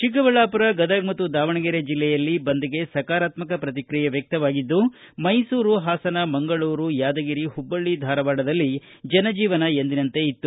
ಚಿಕ್ಕಬಳ್ಳಾಪುರ ಗದಗ ಮತ್ತು ದಾವಣಗೆರೆ ಜಿಲ್ಲೆಯಲ್ಲಿ ಬಂದ್ಗೆ ಸಕಾರಾತ್ಮಕ ಪ್ರತಿಕ್ರಿಯೆ ವ್ಯಕವಾಗಿದ್ದು ಮೈಸೂರು ಹಾಸನ ಮಂಗಳೂರು ಯಾದಗಿರಿ ಹುಬ್ಬಳ್ಳಿ ಧಾರವಾಡದಲ್ಲಿ ಜನಜೀವನ ಎಂದಿನಂತೆ ಇತ್ತು